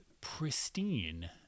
pristine